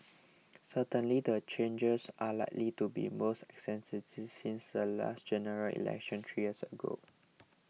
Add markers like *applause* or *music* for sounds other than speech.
certainly the changes are likely to be the most *unintelligible* since the last General Election three years ago